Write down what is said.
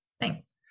Thanks